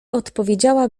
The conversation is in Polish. odpowiedziała